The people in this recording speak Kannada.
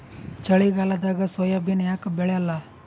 ಚಳಿಗಾಲದಾಗ ಸೋಯಾಬಿನ ಯಾಕ ಬೆಳ್ಯಾಲ?